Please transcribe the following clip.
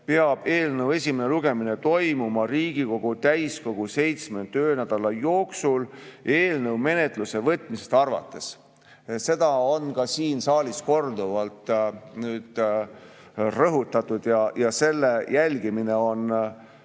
peab eelnõu esimene lugemine toimuma Riigikogu täiskogu seitsme töönädala jooksul eelnõu menetlusse võtmisest arvates. Seda on ka siin saalis korduvalt rõhutatud ja selle järgimine on samuti